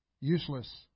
useless